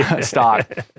stock